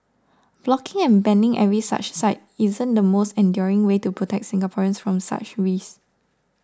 blocking and banning every such site isn't the most enduring way to protect Singaporeans from such risks